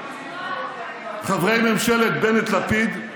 חברי ממשלת בנט-לפיד,